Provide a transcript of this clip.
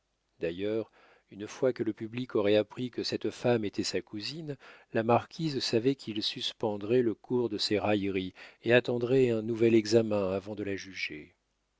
d'ailleurs une fois que le public aurait appris que cette femme était sa cousine la marquise savait qu'il suspendrait le cours de ses railleries et attendrait un nouvel examen avant de la juger